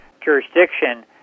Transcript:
jurisdiction